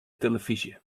telefyzje